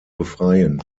befreien